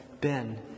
Ben